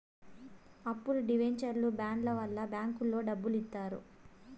అప్పులు డివెంచర్లు బాండ్ల వల్ల బ్యాంకులో డబ్బులు ఇత్తారు